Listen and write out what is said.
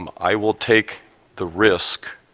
um i will take the risk